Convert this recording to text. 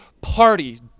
party